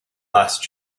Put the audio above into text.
last